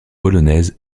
polonaise